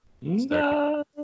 no